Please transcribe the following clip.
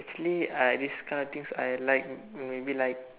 actually I this kind of things I like maybe like